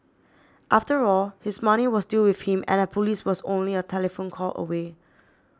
after all his money was still with him and the police was only a telephone call away